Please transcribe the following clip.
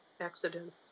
accident